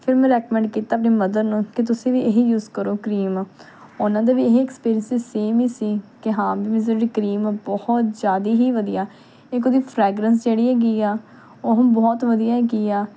ਫਿਰ ਮੈਂ ਰੈਕਮੈਂਡ ਕੀਤਾ ਆਪਣੀ ਮਦਰ ਨੂੰ ਕੇ ਤੁਸੀਂ ਵੀ ਇਹ ਹੀ ਯੂਜ ਕਰੋ ਕਰੀਮ ਉਹਨਾਂ ਦਾ ਵੀ ਇਹ ਹੀ ਐਕਸਪੀਰੀਅੰਸ ਸੀ ਸੇਮ ਹੀ ਸੀ ਕਿ ਹਾਂ ਵੀ ਮੀਨਜ਼ ਜਿਹੜੀ ਕਰੀਮ ਉਹ ਬਹੁਤ ਜ਼ਿਆਦਾ ਹੀ ਵਧੀਆ ਇੱਕ ਉਹਦੀ ਫਰੈਗਰੰਸ ਜਿਹੜੀ ਹੈਗੀ ਆ ਉਹ ਬਹੁਤ ਵਧੀਆ ਹੈਗੀ ਆ